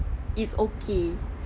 it's okay